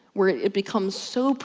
where it it becomes so,